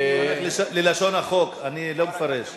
אני הולך ללשון החוק, אני לא מפרש.